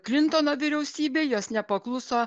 klintono vyriausybei jos nepakluso